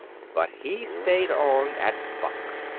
but he stayed on at buck's,